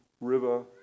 river